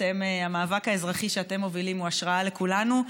המאבק האזרחי שאתם מובילים הוא השראה לכולנו.